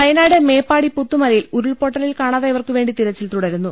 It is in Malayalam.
വയനാട് മേപ്പാടി പുത്തുമലയിൽ ഉരുൾപൊട്ടലിൽ കാണാ തായവർക്കുവേണ്ടി തിരച്ചിൽ തുടരുന്നു